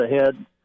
ahead